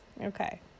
Okay